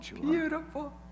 beautiful